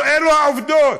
אלה העובדות.